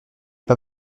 pas